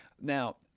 Now